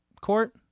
court